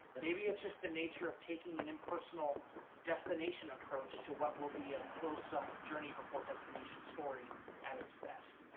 maybe it's just the nature of taking an impersonal destination approach to what will be a close-up journey before destination story at its best.